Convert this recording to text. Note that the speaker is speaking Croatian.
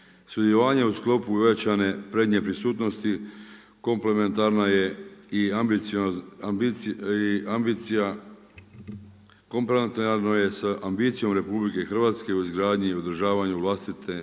Sudjelovanje u sklopu ojačane prednje prisutnosti komplementarna je i sa ambicijama RH u izgradnji i održavanju vlastite